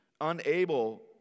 unable